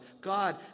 God